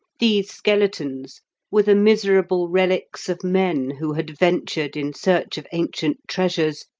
these skeletons were the miserable relics of men who had ventured, in search of ancient treasures,